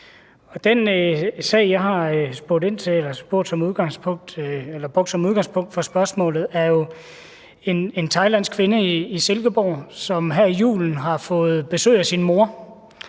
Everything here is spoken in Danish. Den sag, jeg har brugt som udgangspunkt for spørgsmålet, drejer sig om en thailandsk kvinde i Silkeborg, som her i julen har fået besøg af sin mor,